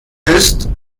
ist